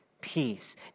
peace